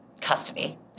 Custody